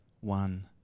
one